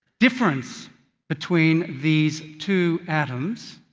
difference between these two atoms